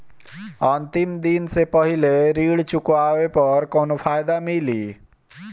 अंतिम दिन से पहले ऋण चुकाने पर कौनो फायदा मिली?